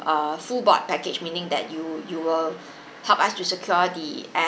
a full board package meaning that you you will help us to secure the